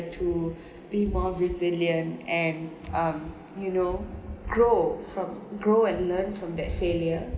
to be more resilient and um you know grow from grow and learn from that failure